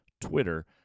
Twitter